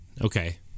Okay